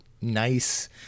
nice